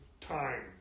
time